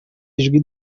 ijwi